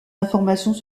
informations